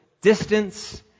distance